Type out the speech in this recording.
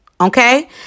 okay